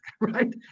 right